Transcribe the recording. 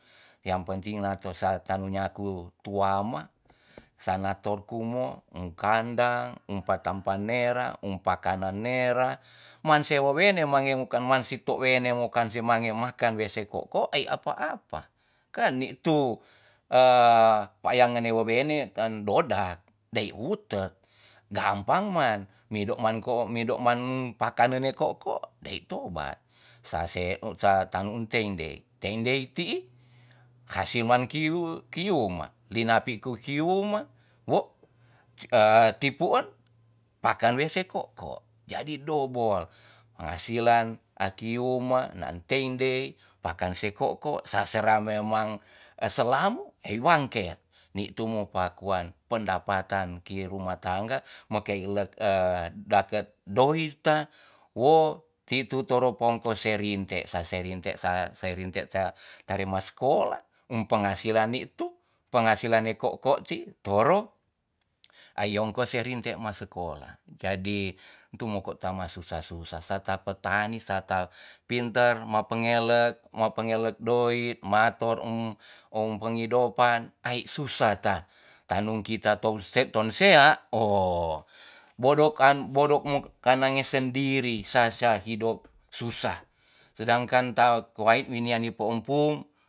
Yang penting nato sa tanu nyaku tuama sanator kumo en kandang empa tampanera umpa kana nera man se wowene mange mokan man si tou wene mokan si mange makan wese ko'ko ei apa apa kan ni'tu a wayangene wewene tan dodak dai wutek gampang man mido mangko mido man pakanen ko'ko dai tobat sa se sa tanu tendei tendei ti'i kase man kiu kiuma dinapi ku kiuma wo a tipu'er pakan wese ko'ko jadi dobol penghasilan akiuma naan tendei pakanen se ko'ko sa sera memang e selam ei wangket ni tumo pakuan pendapatan ki rumah tangga makei le e daket doit ta wo itu toro pongkos se rinte sa serinte- sa serinte ta tarima skola um penghasilan nitu penghasilane ko'ko ti toro ayomko serinte ma sekola jadi tumoko tama susa susa sarta petani sarta pinter mapengelet mapengelet doit mo ator pengidopan ai susa ta tanu kita tou tonsea o bodokan bodok mo kan sandiri sasa hidop susa sedangkan takuait wineat opo empung